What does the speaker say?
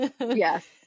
Yes